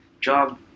job